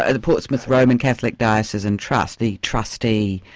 and the portsmouth roman catholic diocese and trust, the trustee,